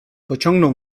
pociągnął